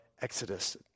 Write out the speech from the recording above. Exodus